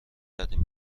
کردین